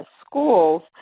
schools